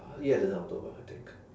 yes that time october I think